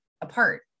apart